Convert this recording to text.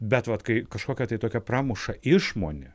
bet vat kai kažkokia tai tokia pramuša išmonė